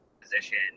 position